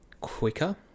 quicker